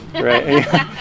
right